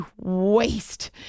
waste